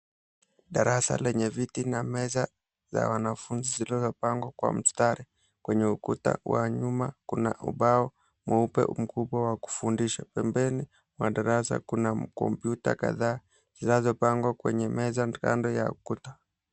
Darasa lenye viti na meza za wanafunzi zilizopangwa kwa mstari, kwenye ukuta wa nyuma kuna ubao mweupe mkubwa wa kufundisha. Pembeni ya madarasa kuna kompyuta kadhaa zinazopangwa kwenye meza kando ya ukuta.